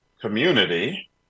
community